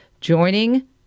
joining